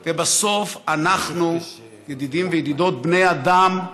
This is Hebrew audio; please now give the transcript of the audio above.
ובסוף, אנחנו, ידידים וידידות, בני אדם,